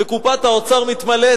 וקופת האוצר מתמלאת,